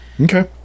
okay